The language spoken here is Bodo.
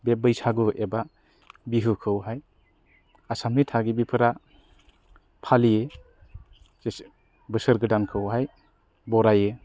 बे बैसागु एबा बिहुखौ हाय आसामनि थागिबिफोरा फालियो जेसे बोसोर गोदान खौहाय बरायो